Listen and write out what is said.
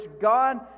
God